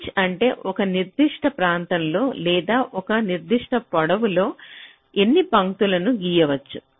pitch అంటే ఒక నిర్దిష్ట ప్రాంతంలో లేదా ఒక నిర్దిష్ట పొడవులో ఎన్ని పంక్తులను గీయవచ్చు